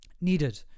needed